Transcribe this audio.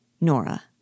Nora